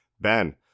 Ben